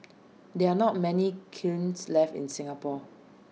there are not many kilns left in Singapore